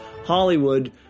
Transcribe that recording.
Hollywood